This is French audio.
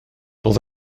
dans